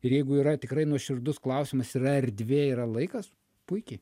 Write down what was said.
ir jeigu yra tikrai nuoširdus klausimas yra erdvė yra laikas puikiai